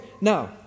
now